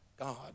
God